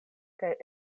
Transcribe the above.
kaj